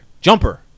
Jumper